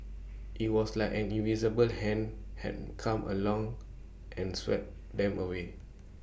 IT was like an invisible hand had come along and swept them away